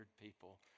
people